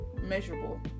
Measurable